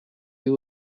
you